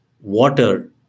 water